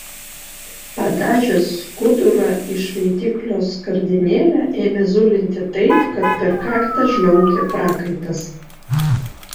padažęs skudurą į šveitiklio skardinėlę ėmė zulinti taip kad per kaktą žliaugė prakaitas